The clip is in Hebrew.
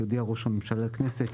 יודיע ראש הממשלה לכנסת